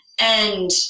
and-